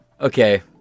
okay